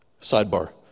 Sidebar